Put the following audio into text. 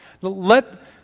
Let